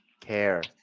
care